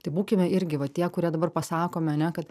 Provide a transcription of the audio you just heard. tai būkime irgi va tie kurie dabar pasakome ane kad